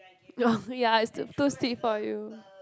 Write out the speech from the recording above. oh ya it's too too sweet for you